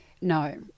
no